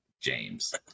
James